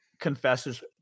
confesses